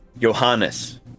Johannes